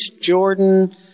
jordan